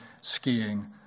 skiing